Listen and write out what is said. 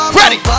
ready